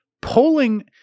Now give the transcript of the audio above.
polling